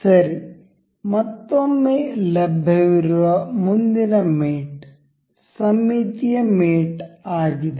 ಸರಿ ಮತ್ತೊಮ್ಮೆ ಲಭ್ಯವಿರುವ ಮುಂದಿನ ಮೇಟ್ ಸಮ್ಮಿತೀಯ ಮೇಟ್ ಆಗಿದೆ